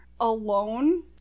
alone